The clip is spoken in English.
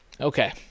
Okay